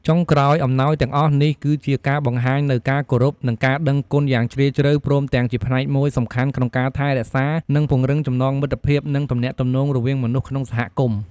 ចុងក្រោយ អំណោយទាំងអស់នេះ គឺជាការបង្ហាញនូវការគោរព និងការដឹងគុណយ៉ាងជ្រាលជ្រៅ ព្រមទាំងជាផ្នែកមួយសំខាន់ក្នុងការថែរក្សា និងពង្រឹងចំណងមិត្តភាព និងទំនាក់ទំនងរវាងមនុស្សក្នុងសហគមន៍។